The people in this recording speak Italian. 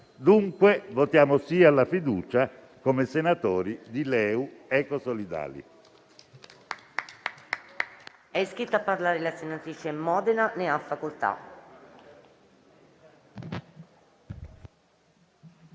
Dunque votiamo "sì" alla fiducia come senatori di LeU-Ecosolidali.